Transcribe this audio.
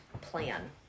plan